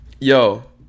yo